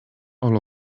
all